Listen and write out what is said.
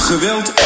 Geweld